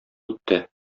үтте